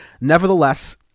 nevertheless